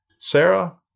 Sarah